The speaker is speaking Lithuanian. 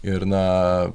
ir na